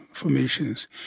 formations